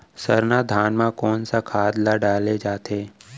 सरना धान म कोन सा खाद ला डाले जाथे?